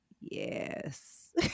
yes